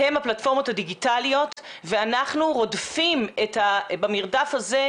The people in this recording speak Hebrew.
הן הפלטפורמות הדיגיטליות ואנחנו רודפים במרדף הזה,